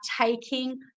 taking